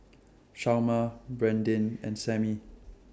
Chalmer Brandyn and Sammie